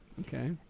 Okay